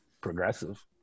progressive